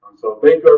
so thank